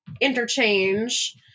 interchange